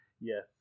Yes